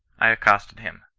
i accosted him.